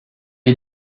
est